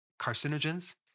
carcinogens